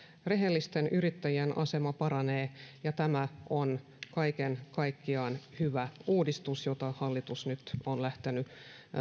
rehellisten yrittäjien asema paranee ja tämä on kaiken kaikkiaan hyvä uudistus jota hallitus nyt on lähtenyt